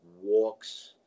walks